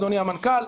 אדוני המנכ"ל,